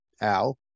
Al